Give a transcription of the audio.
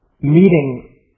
meeting